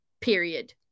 period